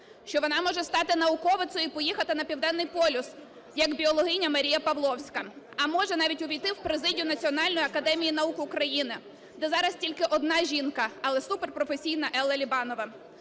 що вона може стати науковицею і поїхати на Південний полюс, як біологиня Марія Павловська, а може навіть увійти в президію Національної академії наук України, де зараз тільки одна жінка, але суперпрофесійна Елла Лібанова,